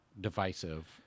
divisive